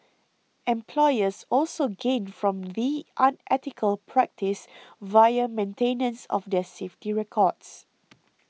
employers also gain from the unethical practice via maintenance of their safety records